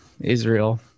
Israel